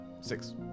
Six